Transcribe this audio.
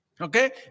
okay